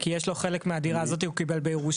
כי יש לו חלק מהדירה הזאת שהוא קיבל בירושה,